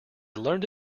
learned